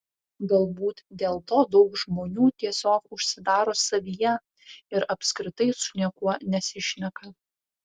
galbūt dėl to daug žmonių tiesiog užsidaro savyje ir apskritai su niekuo nesišneka